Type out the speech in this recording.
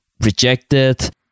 rejected